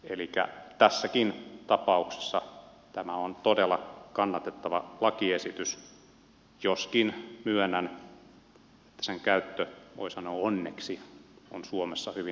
elikkä tässäkin tapauksessa tämä on todella kannatettava lakiesitys joskin myönnän että sen käyttö voi sanoa onneksi on suomessa hyvin vähäistä